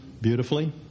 beautifully